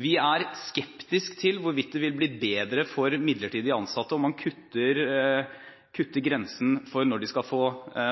Vi er skeptiske til hvorvidt det vil bli bedre for midlertidig ansatte om man kutter grensen for når de skal få